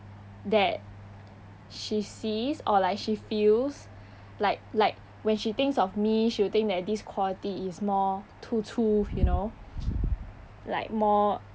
that she sees or like she feels like like when she thinks of me she will think that this quality is more 突出 you know like more